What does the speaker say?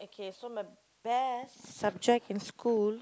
okay so my best subject in school